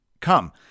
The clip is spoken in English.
Come